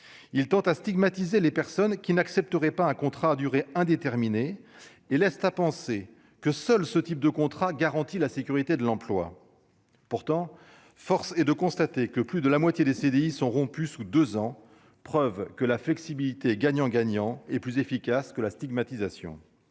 il tend à stigmatiser les personnes qui n'accepteraient pas un contrat à durée indéterminée et laissent à penser que seul ce type de contrat garantit la sécurité de l'emploi, pourtant, force est de constater que plus de la moitié des CDI sont rompues sous 2 ans, preuve que la flexibilité gagnant gagnant et plus efficace que la stigmatisation,